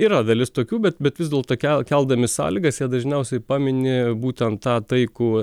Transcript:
yra dalis tokių bet bet vis dėlto kel keldami sąlygas jie dažniausiai pamini būtent tą taikų